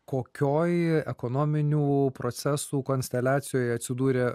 kokioj ekonominių procesų konsteliacijoj atsidūrė